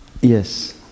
Yes